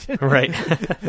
Right